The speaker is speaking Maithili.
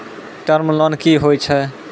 टर्म लोन कि होय छै?